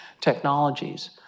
technologies